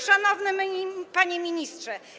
Szanowny Panie Ministrze!